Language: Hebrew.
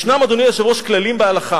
ישנם, אדוני היושב-ראש, כללים בהלכה: